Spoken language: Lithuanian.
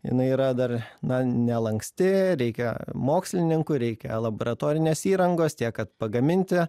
jinai yra dar na nelanksti reikia mokslininkų reikia laboratorinės įrangos tiek kad pagaminti